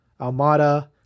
Almada